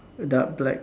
dark black